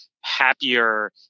happier